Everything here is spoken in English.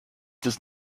does